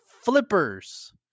flippers